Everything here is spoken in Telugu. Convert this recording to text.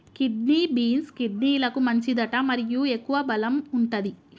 కిడ్నీ బీన్స్, కిడ్నీలకు మంచిదట మరియు ఎక్కువ బలం వుంటది